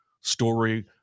story